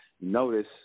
notice